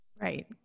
right